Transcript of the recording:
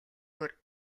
өөр